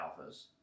alphas